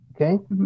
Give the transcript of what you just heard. Okay